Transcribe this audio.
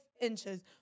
inches